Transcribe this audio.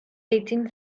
eighteen